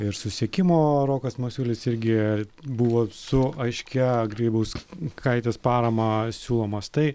ir susiekimo rokas masiulis irgi buvo su aiškia grybauskaitės parama siūlomas tai